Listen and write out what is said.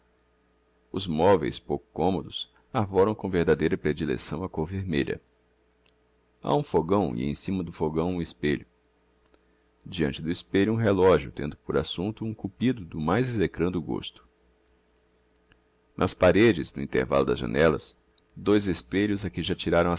os moveis pouco commodos arvoram com verdadeira predilecção a côr vermelha ha um fogão e em cima do fogão um espelho deante do espelho um relogio tendo por assunto um cupido do mais execrando gosto nas paredes no intervallo das janéllas dois espelhos a que já tiraram